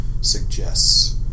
suggests